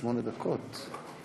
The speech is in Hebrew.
שמונה דקות לרשותך.